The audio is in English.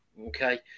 Okay